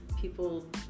people